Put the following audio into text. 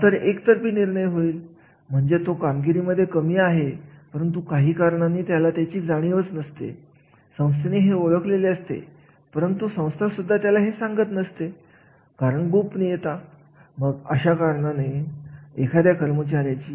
एखादा व्यक्ती त्या संस्थेमध्ये पुढे जाऊन काम करत असेल किंवा नसेल तरीसुद्धा संस्थेच्या रचनेनुसार एखादे कार्य किती मौल्यवान आहे याचा विचार करायला हवा